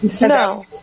No